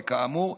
וכאמור,